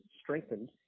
strengthened